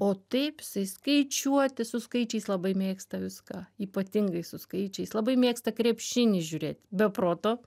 o taip jisai skaičiuoti su skaičiais labai mėgsta viską ypatingai su skaičiais labai mėgsta krepšinį žiūrėt be proto